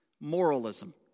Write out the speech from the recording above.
Moralism